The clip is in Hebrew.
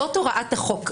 זו הוראת החוק.